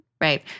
right